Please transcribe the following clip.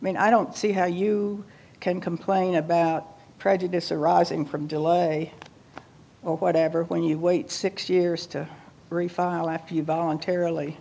i mean i don't see how you can complain about prejudice arising from delay or whatever when you wait six years to refile after you voluntarily